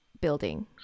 building